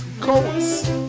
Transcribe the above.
Coats